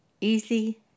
easy